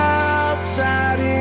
outside